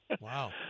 Wow